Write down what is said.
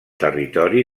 territori